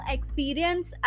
experience